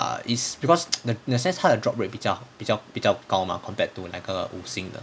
ya is because in a sense 他的 drop rate 比较比较比较高 mah compared to 那个五星的